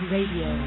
Radio